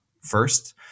first